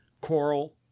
coral